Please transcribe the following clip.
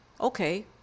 Okay